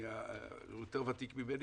הוא יותר ותיק ממני,